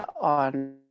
on